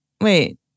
Wait